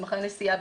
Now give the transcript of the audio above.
מסמכי נסיעה,